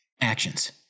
Actions